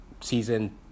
season